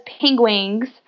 penguins